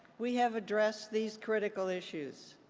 we have addressed these critical issues.